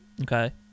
Okay